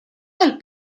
del